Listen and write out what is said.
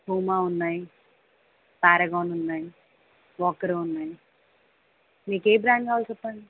Puma ఉన్నాయ్ Paragon ఉన్నాయి Walkaroo ఉన్నాయి మీకు ఏ బ్రాండ్ కావలి చెప్పండి